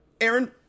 Aaron